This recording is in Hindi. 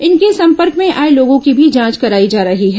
इनके संपर्क में आए लोगों की भी जांच कराई जा रही है